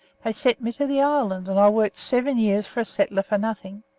they sent me to the island, and i worked seven years for a settler for nothing.